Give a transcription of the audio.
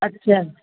ਅੱਛਾ